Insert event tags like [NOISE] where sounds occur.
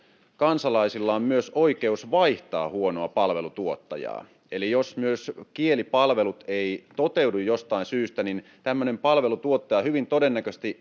kansalaisilla on myös oikeus vaihtaa huonoa palvelutuottajaa eli myös jos kielipalvelut eivät jostain syystä toteudu niin tämmöinen palvelutuottaja hyvin todennäköisesti [UNINTELLIGIBLE]